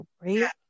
right